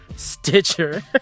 Stitcher